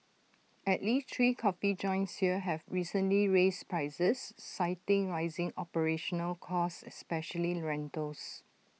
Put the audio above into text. at least three coffee joints here have recently raised prices citing rising operational costs especially rentals